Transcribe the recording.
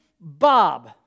Bob